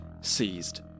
seized